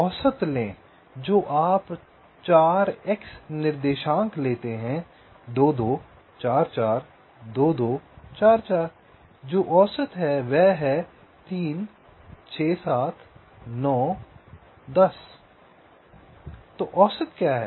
औसत लें जो आप 4 x निर्देशांक लेते हैं 2 2 4 4 2 2 4 4 जो औसत है वह 3 6 7 9 10 है तो औसत क्या है